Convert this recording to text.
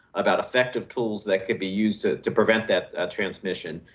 about effective tools that could be used to to prevent that transmission.